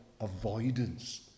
avoidance